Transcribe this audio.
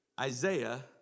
Isaiah